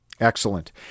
excellent